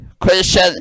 Christian